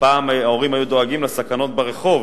פעם ההורים היו דואגים מסכנות ברחוב,